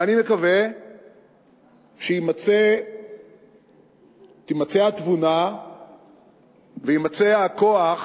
ואני מקווה שתימצא התבונה ויימצא הכוח